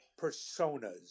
personas